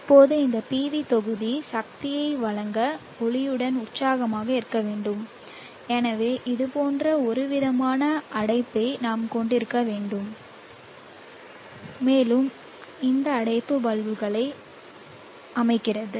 இப்போது இந்த PV தொகுதி சக்தியை வழங்க ஒளியுடன் உற்சாகமாக இருக்க வேண்டும் எனவே இது போன்ற ஒருவிதமான அடைப்பை நாம் கொண்டிருக்க வேண்டும் மேலும் இந்த அடைப்பு பல்புகளை அமைக்கிறது